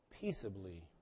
peaceably